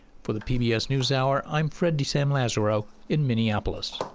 for the pbs newshour, i'm fred de sam lazaro in minneapolis.